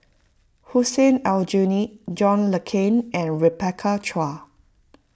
Hussein Aljunied John Le Cain and Rebecca Chua